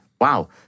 Wow